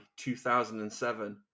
2007